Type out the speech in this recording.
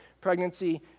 pregnancy